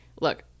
Look